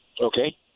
Okay